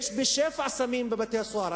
יש סמים בשפע בבתי-הסוהר.